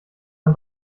man